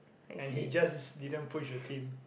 and he just didn't push the team